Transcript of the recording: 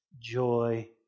joy